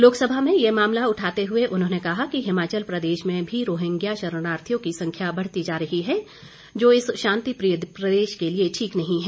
लोकसमा में ये मामला उठाते हुए उन्होंने कहा कि हिमाचल प्रदेश में भी रोहिंग्या शरणार्थियों की संख्या बढ़ती जा रही है जो इस शांतिप्रिय प्रदेश के लिए ठीक नही है